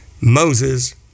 Moses